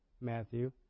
Matthew